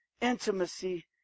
Intimacy